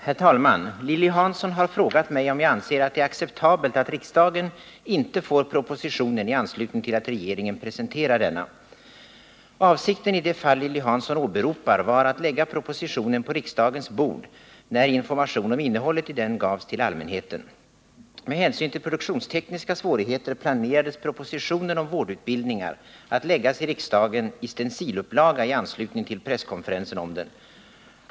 Herr talman! Lilly Hansson har frågat mig om jag anser att det är acceptabelt att riksdagen inte får propositionen i anslutning till att regeringen presenterar denna. Avsikten i det fall Lilly Hansson åberopar var att lägga propositionen på riksdagens bord när information om innehållet i den gavs till allmänheten. Med hänsyn till produktionstekniska svårigheter planerades propositionen om vårdutbildningar att läggas i riksdagen i stencilupplaga i anslutning till presskonferensen om den.